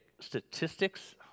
statistics